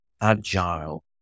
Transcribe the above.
agile